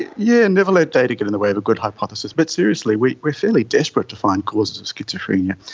yeah never let data get in the way of a good hypothesis. but seriously, we are fairly desperate to find causes of schizophrenia,